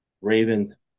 Ravens